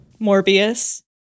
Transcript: morbius